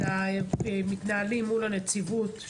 מתנהלים מול הנציבות,